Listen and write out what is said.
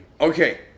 Okay